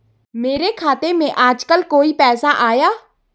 मेरे खाते में आजकल कोई पैसा आया?